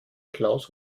klaus